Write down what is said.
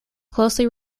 closely